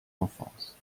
enfance